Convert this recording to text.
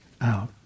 out